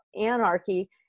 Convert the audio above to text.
anarchy